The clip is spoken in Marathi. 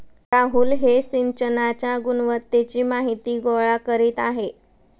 राहुल हे सिंचनाच्या गुणवत्तेची माहिती गोळा करीत आहेत